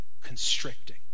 constricting